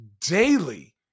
daily